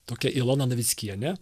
tokia ilona navickienė